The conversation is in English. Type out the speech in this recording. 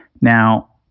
Now